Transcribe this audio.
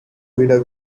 vida